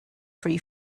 free